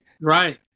Right